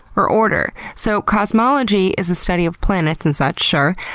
or order. so cosmology is the study of planets and such, sure,